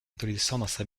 adolescents